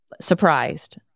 surprised